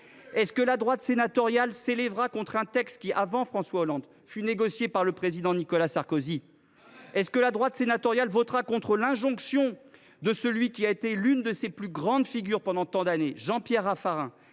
? Non !… La droite sénatoriale s’élèvera t elle contre un texte qui, avant François Hollande, fut négocié par le président Nicolas Sarkozy ? Non !… La droite sénatoriale votera t elle à rebours de l’injonction de celui qui a été l’une de ses plus grandes figures pendant tant d’années, Jean Pierre Raffarin,